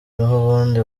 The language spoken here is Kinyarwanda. nahubundi